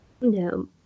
No